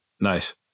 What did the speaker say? Nice